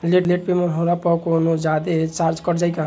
Late payment होला पर कौनोजादे चार्ज कट जायी का?